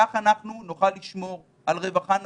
כך אנחנו נוכל לשמור על רווחה נפשית,